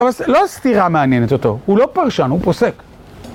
אבל לא הסתירה מעניינת אותו, הוא לא פרשן, הוא פוסק.